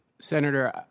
Senator